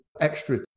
extra